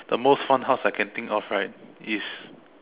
the most fun house I can think of right is